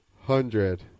Hundred